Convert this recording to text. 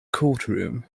courtroom